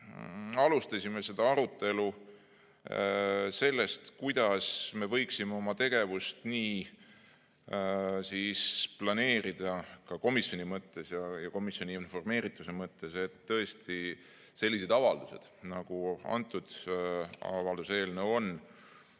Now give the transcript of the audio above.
alustasime seda arutelu sellest, kuidas me võiksime oma tegevust nii planeerida, ka komisjoni mõttes ja komisjoni informeerituse mõttes, et tõesti sellised avaldused, nagu tänane avalduse eelnõu on,